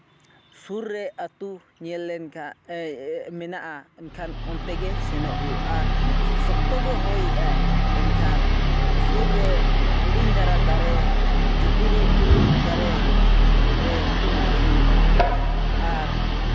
ᱥᱩᱨ ᱨᱮ ᱟᱹᱛᱩ ᱧᱮᱞ ᱞᱮᱱᱠᱷᱟᱱ ᱢᱮᱱᱟᱜᱼᱟ ᱮᱱᱠᱷᱟᱱ ᱚᱱᱛᱮ ᱜᱮ ᱥᱮᱱᱚᱜ ᱦᱩᱭᱩᱜᱼᱟ ᱟᱨ ᱥᱚᱠᱛᱚ ᱜᱮ ᱦᱚᱭᱮᱜᱼᱟᱭ ᱮᱱᱠᱷᱟᱱ ᱥᱩᱨ ᱨᱮ ᱦᱩᱰᱤᱧ ᱫᱷᱟᱨᱟ ᱫᱟᱨᱮ ᱡᱷᱩᱯᱩᱛᱩᱲᱩᱜ ᱫᱟᱨᱮ ᱨᱮ ᱩᱢᱩᱢᱞ ᱦᱩᱭᱩᱜᱼᱟ ᱟᱨ